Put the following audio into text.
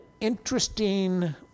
interesting